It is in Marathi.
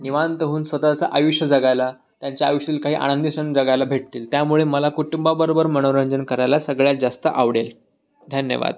निवांत होऊन स्वतःचं आयुष्य जगायला त्यांच्या आयुष्यातील काही आनंदी क्षण जगायला भेटतील त्यामुळे मला कुटुंबाबरोबर मनोरंजन करायला सगळ्यात जास्त आवडेल धन्यवाद